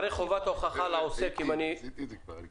הרי חובת הוכחה על העוסק אם אני ביקשתי.